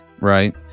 right